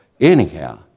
anyhow